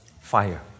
fire